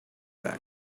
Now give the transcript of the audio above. bag